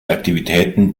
aktivitäten